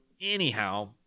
anyhow